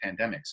pandemics